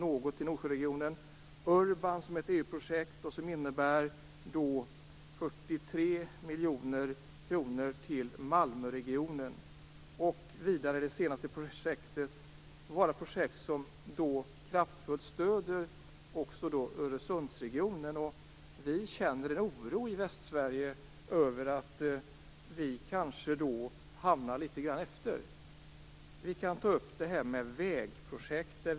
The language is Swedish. Urban är också ett EU-projekt som innebär att Malmöregionen får 43 miljoner kronor. Allt detta är projekt som innebär kraftfulla stöd till Öresundsregionen. Vi i Västsverige känner en oro över att vi halkar efter.